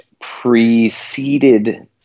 preceded